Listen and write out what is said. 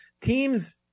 teams